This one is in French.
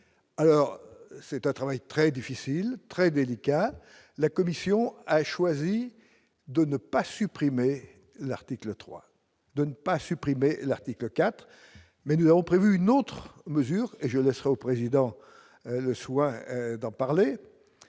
alors c'est un travail très difficile, très délicat, la commission a choisi de ne pas supprimer l'article 3 de ne pas supprimer l'article IV mais nous avons prévu une autre mesure et je ne serai au président le soin d'en parler